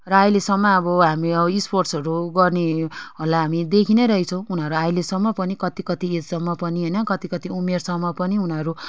र अहिलेसम्म अब हामी अब स्पोर्ट्सहरू गर्नेहरूलाई हामी देखि नै रहेछौँ उनीहरू अहिलेसम्म पनि कति कति एजसम्म पनि होइन कति कति उमेरसम्म पनि उनीहरू